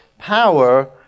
power